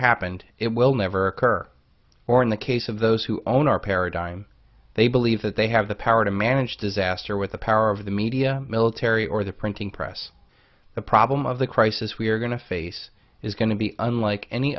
happened it will never occur or in the case of those who own our paradigm they believe that they have the power to manage disaster with the power of the media military or the printing press the problem of the crisis we are going to face is going to be unlike any